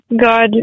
God